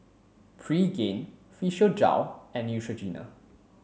Pregain Physiogel and Neutrogena